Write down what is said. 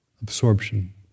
Absorption